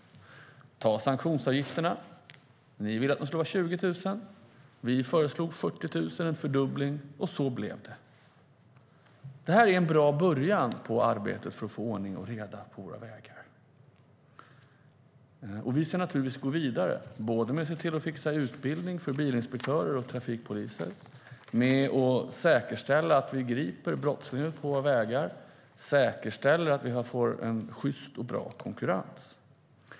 Vi kan ta sanktionsavgifterna. Ni ville att de skulle vara på 20 000. Vi föreslog 40 000, en fördubbling, och så blev det. Det är en bra början på arbetet med att få ordning och reda på våra vägar. Vi ska naturligtvis gå vidare, både se till att fixa utbildning för bilinspektörer och trafikpoliser och säkerställa att vi griper brottslingar ute på våra vägar. Vi ska säkerställa att vi får en sjyst och bra konkurrens.